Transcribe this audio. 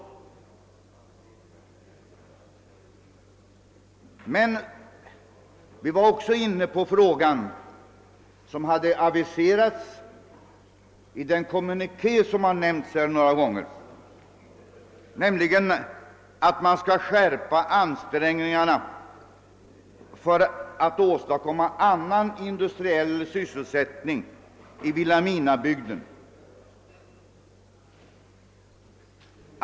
Men vi var också inne på den fråga som hade aviserats i den kommuniké som har nämnts här några gånger, nämligen att man skall intensifiera ansträngningarna för att åstadkomma annan industriell sysselsättning i Vilhelminabygden.